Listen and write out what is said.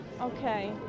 okay